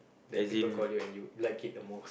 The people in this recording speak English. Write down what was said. that people call you and you like it the most